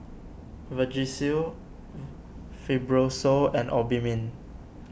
Vagisil Fibrosol and Obimin